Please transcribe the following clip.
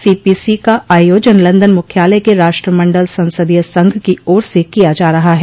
CPC का आयोजन London मुख्यालय के राष्ट्रमंडल संसदीय संघ की ओर से किया जा रहा है